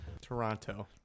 Toronto